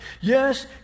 Yes